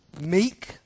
meek